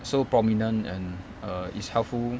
so prominent and err is helpful